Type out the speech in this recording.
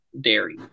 dairy